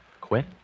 Quit